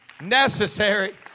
necessary